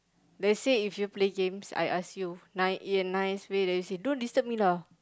let's say if you play games I ask you nice in a nice way then you say don't disturb me lah